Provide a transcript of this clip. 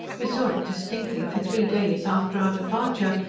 we saw it distinctly for three days after our departure,